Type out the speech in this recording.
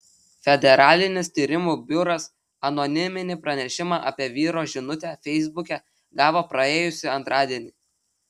federalinis tyrimų biuras anoniminį pranešimą apie vyro žinutę feisbuke gavo praėjusį antradienį